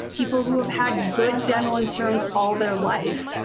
people who have had good dental insurance all their life,